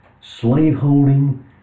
slave-holding